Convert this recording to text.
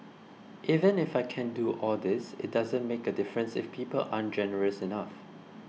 even if I can do all this it doesn't make a difference if people aren't generous enough